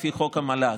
לפי חוק המל"ג.